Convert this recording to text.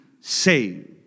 saved